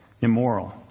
immoral